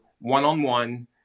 one-on-one